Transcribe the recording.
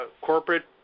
corporate